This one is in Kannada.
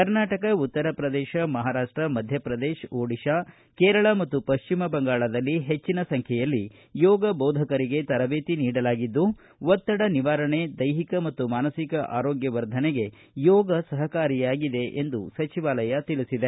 ಕರ್ನಾಟಕ ಉತ್ತರ ಪ್ರದೇಶ ಮಹಾರಾಷ್ಷ ಮಧ್ಯಪ್ರದೇಶ ಓಡಿಶಾ ಕೇರಳ ಮತ್ತು ಪಶ್ವಿಮ ಬಂಗಾಳದಲ್ಲಿ ಹೆಚ್ಚಿನ ಸಂಖ್ಯೆಯಲ್ಲಿ ಯೋಗ ಬೋಧಕರಿಗೆ ತರಬೇತಿ ನೀಡಲಾಗಿದ್ದು ಒತ್ತಡ ನಿವಾರಣೆ ದೈಹಿಕ ಮತ್ತು ಮಾನಸಿಕ ಆರೋಗ್ಯ ವರ್ಧನೆಗೆ ಯೋಗ ಸಹಕಾರಿಯಾಗಿದೆ ಎಂದು ಸಚಿವಾಲಯ ತಿಳಿಸಿದೆ